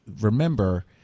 remember